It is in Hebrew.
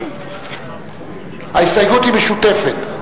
ההסתייגות היא משותפת.